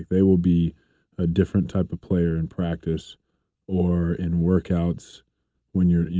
they will be a different type of player in practice or in workouts when you're.